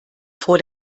vor